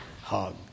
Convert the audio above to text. hug